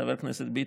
חבר הכנסת ביטן,